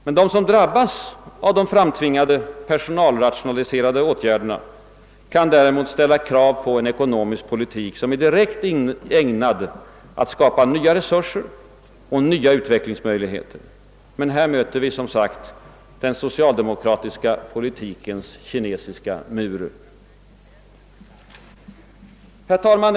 Men de som drabbas av de framtvingade personalrationaliserande åtgärderna kan ställa krav på en ekonomisk politik som är direkt ägnad att skapa nya resurser och nya utvecklingsmöjligheter. Här möter vi emellertid den socialdemokratiska politikens kinesiska mur. Herr talman!